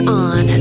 on